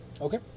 Okay